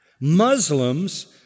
Muslims